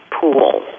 pool